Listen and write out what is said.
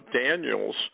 Daniel's